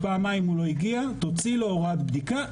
פעמיים הוא לא הגיע תוציא לו הוראת בדיקה,